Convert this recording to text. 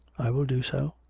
i will do so.